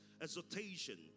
exhortation